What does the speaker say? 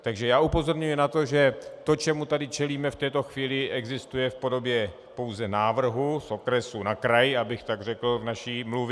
Takže já upozorňuji na to, že to, čemu tady čelíme v této chvíli, existuje v podobě pouze návrhu z okresu na kraj, abych tak řekl v naší mluvě.